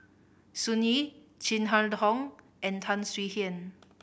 Sun Yee Chin Harn Tong and Tan Swie Hian